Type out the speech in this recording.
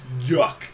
Yuck